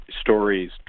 Stories